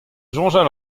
soñjal